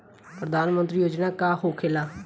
प्रधानमंत्री योजना का होखेला?